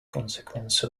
consequence